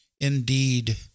indeed